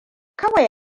kawai